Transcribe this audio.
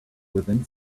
within